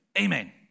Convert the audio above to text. Amen